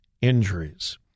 injuries